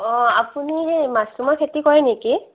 অঁ আপুনি সেই মাছৰুমৰ খেতি কৰে নেকি